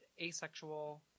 asexual